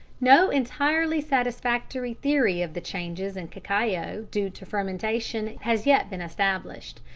no entirely satisfactory theory of the changes in cacao due to fermentation has yet been established.